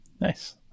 Nice